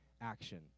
action